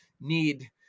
need